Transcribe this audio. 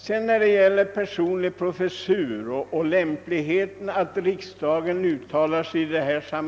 Man har diskuterat lämpligheten av att riksdagen uttalar sig om personliga professurer.